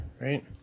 right